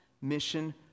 mission